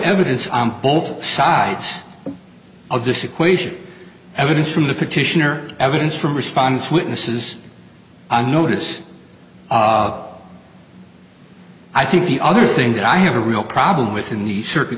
evidence on both sides of this equation evidence from the petitioner evidence from response witnesses notice i think the other thing that i have a real problem with in the circu